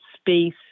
space